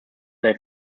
they